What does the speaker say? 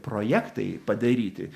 projektai padaryti